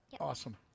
Awesome